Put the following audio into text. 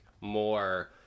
more